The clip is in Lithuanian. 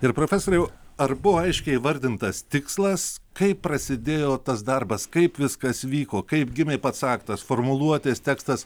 ir profesoriau ar buvo aiškiai įvardintas tikslas kaip prasidėjo tas darbas kaip viskas vyko kaip gimė pats aktas formuluotės tekstas